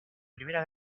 primera